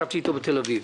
בתל אביב,